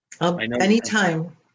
Anytime